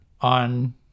on